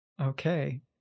Okay